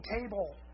table